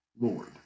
Lord